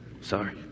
Sorry